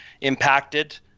impacted